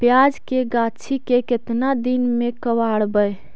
प्याज के गाछि के केतना दिन में कबाड़बै?